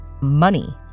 money